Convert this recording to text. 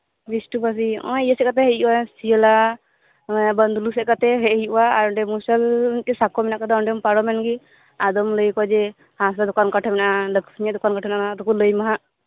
ᱵᱤᱥᱱᱩᱯᱟᱴᱤ ᱱᱚᱜᱚᱭ ᱤᱭᱟᱹᱥᱮᱫ ᱞᱮᱠᱟᱛᱮ ᱦᱮᱡ ᱦᱳᱭᱳᱜᱼᱟ ᱥᱤᱭᱟᱹᱞᱟ ᱚᱱᱮ ᱵᱟᱺᱫᱞᱩ ᱥᱮᱫ ᱞᱮᱠᱟᱛᱮ ᱦᱮᱡ ᱦᱳᱭᱳᱜᱼᱟ ᱟᱨ ᱚᱸᱰᱮ ᱢᱚᱦᱤᱥᱰᱷᱟᱞ ᱢᱤᱫᱴᱮᱱ ᱥᱟᱠᱳ ᱢᱮᱱᱟᱜ ᱟᱠᱟᱫᱟ ᱚᱸᱰᱮᱢ ᱯᱟᱨᱚᱢᱮᱱᱜᱮ ᱟᱫᱚᱢ ᱞᱟᱹᱭᱟᱠᱚᱣᱟ ᱡᱮ ᱦᱟᱸᱥᱫᱟ ᱫᱚᱠᱟᱱ ᱚᱠᱟᱴᱷᱮᱱ ᱢᱮᱱᱟᱜᱼᱟ ᱤᱧᱟᱹᱜ ᱫᱚᱠᱟᱱ ᱚᱠᱟᱴᱷᱮᱱ ᱢᱮᱱᱟᱜᱼᱟ ᱟᱫᱚᱠᱚ ᱞᱟᱹᱭᱟᱢᱟ ᱦᱟᱜ